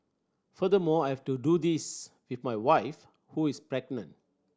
furthermore I have to do this with my wife who is pregnant